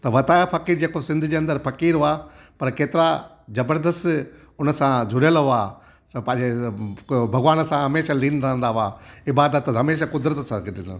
त वताये फ़कीर जेको सिंध जे अंदरि फ़कीर हुआ पर केतिरा जबरदस्तु हुनसां जुड़ियल हुआ स पंहिंजे भगवान सां हमेशह लीन रहंदा हुआ ईबादतु त हमेशह क़ुदरतु सां ॻॾु रहंदा हुआ